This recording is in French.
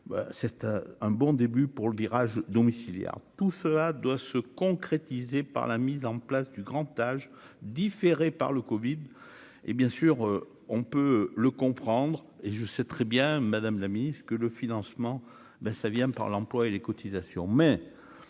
cette un bon début pour le virage domiciliaire, tout cela doit se concrétiser par la mise en place du grand âge différée par le Covid hé bien sûr, on peut le comprendre et je sais très bien, Madame la Ministre, que le financement ben ça vient par l'emploi et les cotisations,